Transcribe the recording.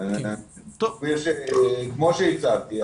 כמו שהצגתי,